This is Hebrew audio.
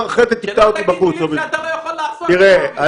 בניגוד לחברי הכנסת הערבים, אני